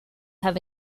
have